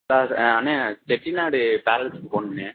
sir அண்ணன் செட்டிநாடு பேலஸ்க்கு போகனும்ண்ணே